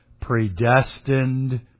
predestined